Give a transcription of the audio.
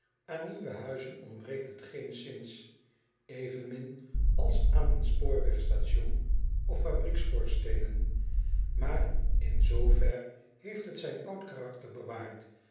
an nieuwe huizen ontbreekt het geenszins evenmin als aan spoorwegstation of fabrieksschoorsteenen aar in zver heeft het zijn oud karakter bewaard